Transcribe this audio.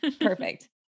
Perfect